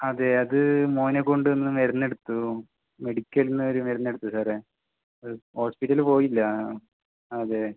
അതേ അത് മോൻ കൊണ്ട് വന്ന മരുന്നെടുത്തു മെഡിക്കൽ നിന്ന് ഒരു മരുന്നെടുത്തു സാറേ ഹോസ്പിറ്റല് പോയില്ല അതേ